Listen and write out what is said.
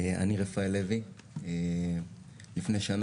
הכול בסדר.